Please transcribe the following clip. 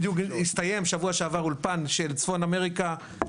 בדיוק הסתיים שבוע שעבר אולפן של צפון אמריקה,